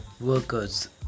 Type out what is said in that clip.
workers